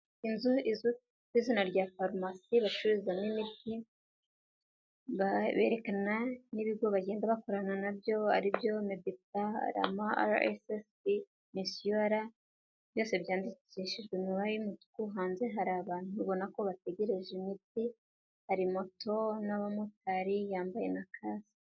Inzu izwi ku izina rya pharmacy bacururizamo imiti, bekana n'ibigo bagenda bakorana nabyo aribyo Mediplan, RAMA, RSSB, MIS/UR byose byandikishijwe ibare y'imituku. Hanze hari abantu ubona ko bategereje imiti, hari moto n'abamotari yambaye na kasike.